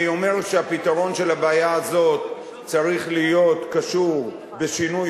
אני אומר שהפתרון של הבעיה הזאת צריך להיות קשור בשינוי